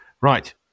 Right